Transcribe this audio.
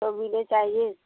चाहिए